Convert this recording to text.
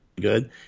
good